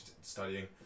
studying